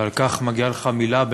ועל כך מגיעה לך באמת